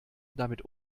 damit